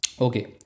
Okay